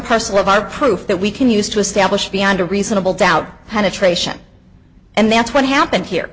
parcel of our proof that we can use to establish beyond a reasonable doubt penetration and that's what happened here